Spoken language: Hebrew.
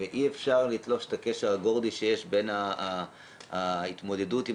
ואי אפשר לנתק את הקשר הגורדי שיש בין ההתמודדות עם